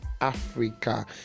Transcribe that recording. Africa